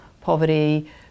poverty